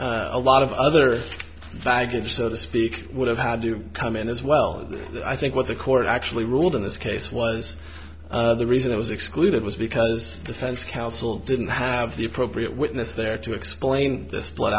and a lot of other baggage so to speak would have had to come in as well i think what the court actually ruled in this case was another reason it was excluded was because defense counsel didn't have the appropriate witness there to explain t